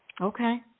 Okay